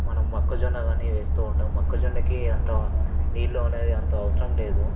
మనం మొక్కజొన్న కానీ వేస్తూ ఉంటాం మొక్కజొన్నకి అంత నీళ్ళు అనేది అంత అవసరం లేదు